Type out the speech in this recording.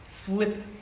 flip